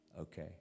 Okay